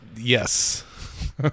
yes